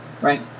right